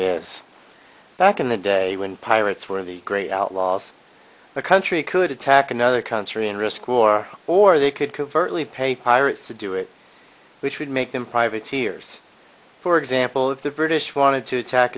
is back in the day when pirates were the great outlaws a country could attack another country and risk war or they could covertly pay pirates to do it which would make them privateers for example of the british wanted to attack